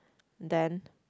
then